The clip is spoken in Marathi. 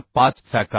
45fck आहे